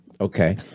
Okay